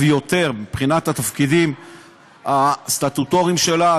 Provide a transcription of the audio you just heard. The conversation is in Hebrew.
יותר מבחינת התפקידים הסטטוטוריים שלה.